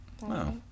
Wow